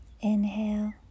Inhale